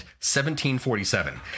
1747